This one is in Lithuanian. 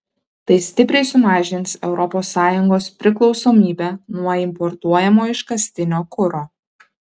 tai stipriai sumažins europos sąjungos priklausomybę nuo importuojamo iškastinio kuro